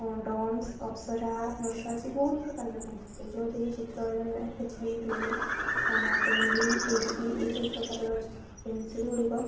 dumps Apsara Nataraj ବହୁତ ପ୍ରକାରର ପେନସିଲ୍ରେ ଯେଉଁଥିକି ଚିତ୍ର H B two B ten B eight B ଏଇସବୁ ପ୍ରକାରର ପେନସିଲ୍ ଗୁଡ଼ିକ